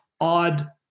odd